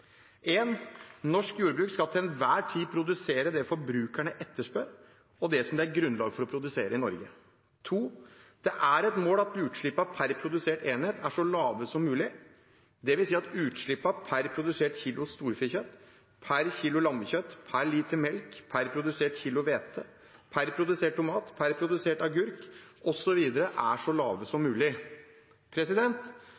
Norsk jordbruk skal til enhver tid produsere det forbrukerne etterspør, og det som det er grunnlag for å produsere i Norge. Det er et mål at utslippene per produsert enhet er så lave som mulig, dvs. at utslippene per produsert kilo storfekjøtt, per kilo lammekjøtt, per liter melk, per produsert kilo hvete, per produsert tomat, per produsert agurk, osv. er så lave som